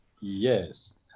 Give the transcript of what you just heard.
Yes